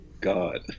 God